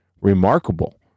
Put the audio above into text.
remarkable